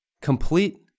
complete